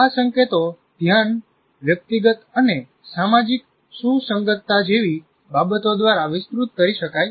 આ સંકેતો ધ્યાન વ્યક્તિગત અને સામાજિક સુસંગતતા જેવી બાબતો દ્વારા વિસ્તૃત કરી શકાય છે